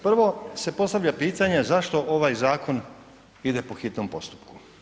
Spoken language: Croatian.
Prvo se postavlja pitanje zašto ovaj zakon ide po hitnom postupku?